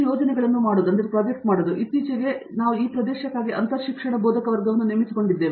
Satyanarayana N Gummadi ಮತ್ತು ಇತ್ತೀಚೆಗೆ ನಾವು ಈ ಪ್ರದೇಶಕ್ಕಾಗಿ ಅಂತರಶಿಕ್ಷಣ ಬೋಧಕವರ್ಗವನ್ನು ನೇಮಿಸಿಕೊಂಡಿದ್ದೇವೆ